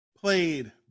played